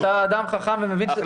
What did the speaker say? אתה אדם חכם ומבין.